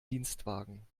dienstwagen